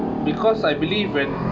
because I believe when